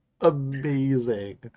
amazing